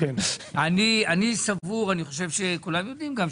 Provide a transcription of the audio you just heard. אני סבור אני חושב שכולם יודעים גם,